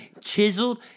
Chiseled